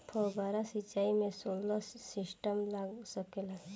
फौबारा सिचाई मै सोलर सिस्टम लाग सकेला?